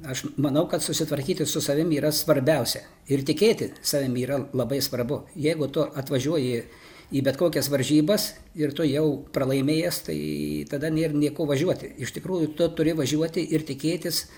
aš manau kad susitvarkyti su savim yra svarbiausia ir tikėti savim yra labai svarbu jeigu tu atvažiuoji į bet kokias varžybas ir tu jau pralaimėjęs tai tada nėr nieko važiuoti iš tikrųjų tu turi važiuoti ir tikėtis